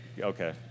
Okay